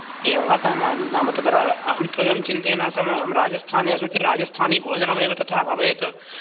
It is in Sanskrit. एवं वा नाम तत्र अहं तु एवं चिन्तयन्नासम् अहं राजस्थानेषु तु राजस्थानी भोजनमेव तथा भवेत्